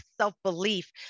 self-belief